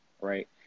right